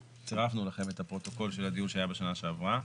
צירפנו לכם את הפרוטוקול של הדיון שהיה בשנה שעברה.